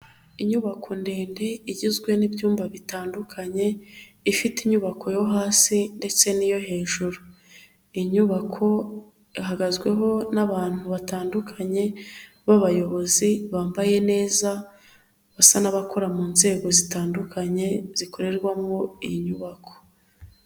Inyubako ndende igizwe n'ibyumba bitandukanye, ifite inyubako yo hasi ndetse n'iyo hejuru. Inyubako ihagazweho n'abantu batandukanye b'abayobozi bambaye neza, basa n'abakora mu nzego zitandukanye, zikorerwamo iyi nyubako.